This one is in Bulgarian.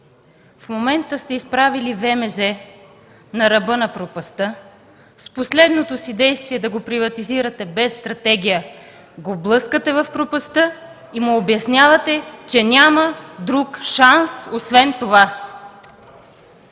В момента сте изправили ВМЗ на ръба на пропастта. С последното си действие да го приватизирате без стратегия го блъскате в пропастта и му обяснявате, че няма друг шанс освен това.